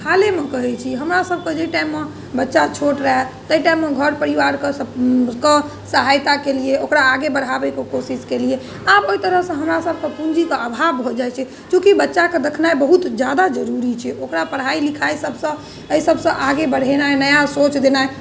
हालेमे कहैत छी हमरासभकेँ जाहि टाइममे बच्चा छोट रहय ताहि टाइममे घर परिवारकेँ स केँ सहायता केलियै ओकरा आगे बढाबैके कोशिश केलियै आब ओहि तरहसँ हमरासभकेँ पूँजीके अभाव भऽ जाइ छै चूँकि बच्चाकेँ देखनाइ बहुत ज्यादा जरूरी छै ओकरा पढाइ लिखाइ सभसँ एहि सभसँ आगे बढेनाइ नया सोच देनाइ